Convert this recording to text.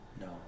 No